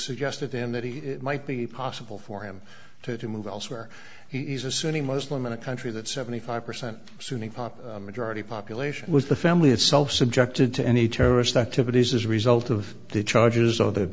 suggested to him that he might be possible for him to move elsewhere he's a sunni muslim in a country that seventy five percent sunni pop majority population was the family itself subjected to any terrorist activities as a result of the charges so th